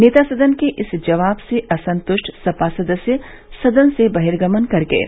नेता सदन के इस जवाब से असंतुष्ट सपा सदस्य सदन से बहिर्गमन कर गये